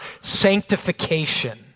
sanctification